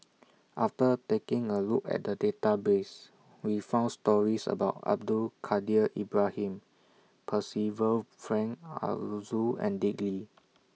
after taking A Look At The Database We found stories about Abdul Kadir Ibrahim Percival Frank Aroozoo and Dick Lee